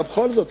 אלא בכל זאת,